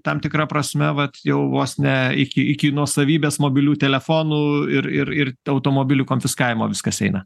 tam tikra prasme vat jau vos ne iki iki nuosavybės mobilių telefonų ir ir ir automobilių konfiskavimo viskas eina